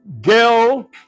Gail